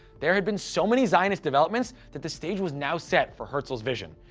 there had been so many zionist developments that the stage was now set for herzl's vision.